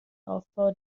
aufbau